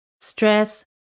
stress